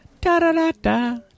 Da-da-da-da